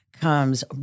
comes